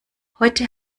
heute